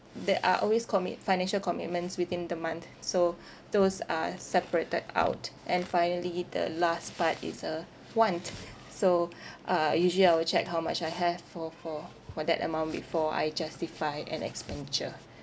there are always commit~ financial commitments within the month so those are separated out and finally the last part it's a want so uh usually I will check how much I have for for for that amount before I justify an expenditure